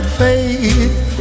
faith